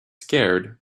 scared